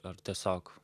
ar tiesiog